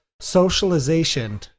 socialization